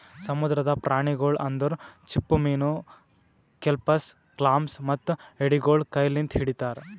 ಸಮುದ್ರದ ಪ್ರಾಣಿಗೊಳ್ ಅಂದುರ್ ಚಿಪ್ಪುಮೀನು, ಕೆಲ್ಪಸ್, ಕ್ಲಾಮ್ಸ್ ಮತ್ತ ಎಡಿಗೊಳ್ ಕೈ ಲಿಂತ್ ಹಿಡಿತಾರ್